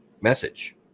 message